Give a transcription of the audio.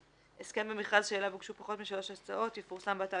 (ה)הסכם במכרז שאליו הוגשו פחות משלוש הצעות יפורסם באתר